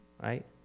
Right